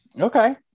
okay